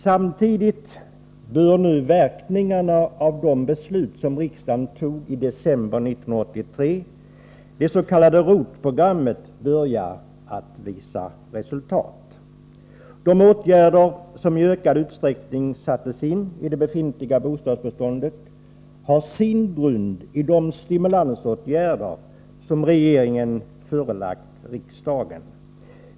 Samtidigt bör nu verkningarna av det beslut som riksdagen fattade i december 1983, det s.k. ROT-programmet, börja visa resultat. De åtgärder som i ökad utsträckning satts in i det befintliga bostadsbeståndet har sin grund i de stimulansåtgärder som regeringen har förelagt riksdagen.